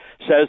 says